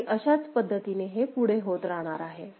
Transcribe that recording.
आणि अशाच पद्धतीने हे पुढे होत राहणार आहे